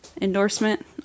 endorsement